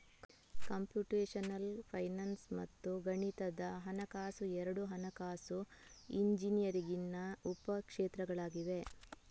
computational finance ಮತ್ತು ಗಣಿತದ ಹಣಕಾಸು ಎರಡೂ ಹಣಕಾಸು ಇಂಜಿನಿಯರಿಂಗಿನ ಉಪ ಕ್ಷೇತ್ರಗಳಾಗಿವೆ